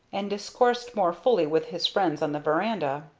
and discoursed more fully with his friends on the verandah.